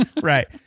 Right